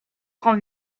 rend